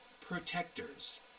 Protectors